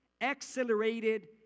accelerated